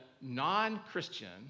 non-Christian